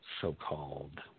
so-called